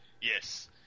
Yes